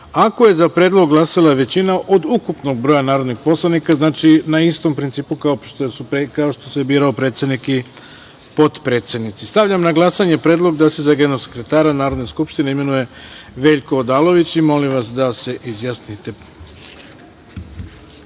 ako je za predlog glasala većina od ukupnog broja narodnih poslanika, znači, po istom principu kao što se birao predsednik ili potpredsednici. Stavljam na glasanje predlog da se za generalnog sekretara Narodne skupštine imenuje Veljko Odalović. Molim vas da se